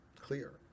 clear